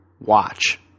watch